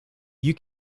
you